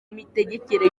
mitegekere